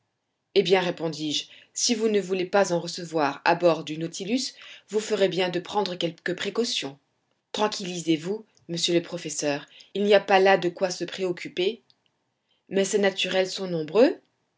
eh bien répondis-je si vous ne voulez pas en recevoir à bord du nautilus vous ferez bien de prendre quelques précautions tranquillisez-vous monsieur le professeur il n'y a pas là de quoi se préoccuper mais ces naturels sont nombreux